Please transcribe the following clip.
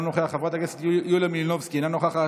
אינו נוכח,